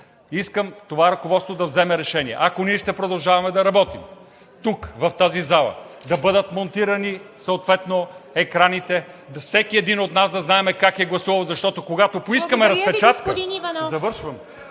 искам това ръководство да вземе решение – ако ние ще продължаваме да работим тук, в тази зала да бъдат монтирани съответно екраните, всеки един от нас да знаем как е гласувал. Защото, когато поискаме разпечатка... ПРЕДСЕДАТЕЛ ИВА МИТЕВА: Благодаря Ви, господин Иванов.